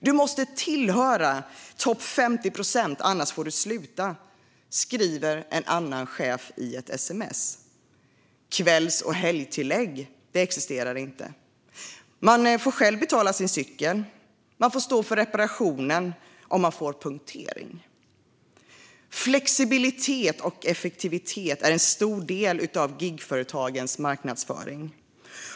Du måste tillhöra topp-50-procent, annars får du sluta, skriver en annan chef i ett sms. Kvälls och helgtillägg existerar inte. Man får själv betala sin cykel, och man får stå för reparationen om man får punktering. Flexibilitet och effektivitet är en stor del av gigföretagens marknadsföring.